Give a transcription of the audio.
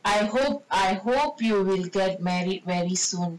I hope I hope you will get married very soon